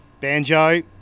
Banjo